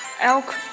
elk